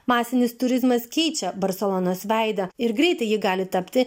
masinis turizmas keičia barselonos veidą ir greitai ji gali tapti